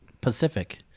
Pacific